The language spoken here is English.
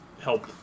help